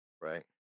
right